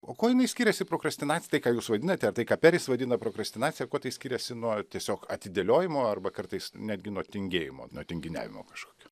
o kuo jinai skiriasi prokrastinacija tai ką jūs vadinate ar tai ką peris vadina prokrastinacija kuo tai skiriasi nuo tiesiog atidėliojimo arba kartais netgi nuo tingėjimo nuo tinginiavimo kažkokio